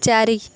ଚାରି